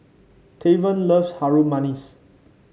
Tavon loves Harum Manis